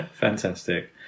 fantastic